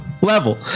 level